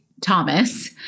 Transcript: Thomas